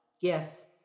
Yes